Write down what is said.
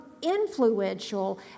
influential